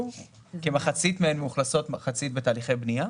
- מחצית מאוכלסות, מחצית בתהליכי בנייה.